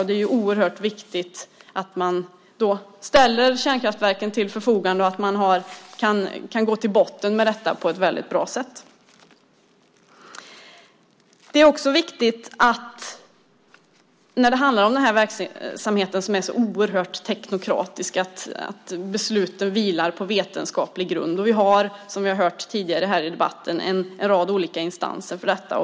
Det är oerhört viktigt att man då ställer kärnkraftverken till förfogande och att man kan gå till botten med detta på ett bra sätt. Det är också viktigt när det handlar om denna verksamhet som är så oerhört teknokratisk att besluten vilar på vetenskaplig grund. Vi har som vi har hört tidigare i debatten en rad olika instanser för detta.